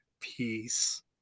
peace